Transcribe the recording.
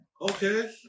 Okay